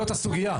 זאת הסוגיה.